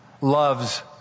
loves